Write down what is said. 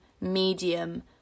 medium